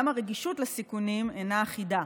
גם הרגישות לסיכונים אינה אחידה.